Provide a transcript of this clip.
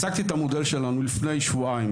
הצגתי את המודל שלנו לפני שבועיים